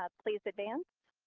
ah please advance.